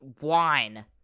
wine